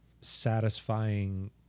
satisfying